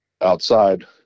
outside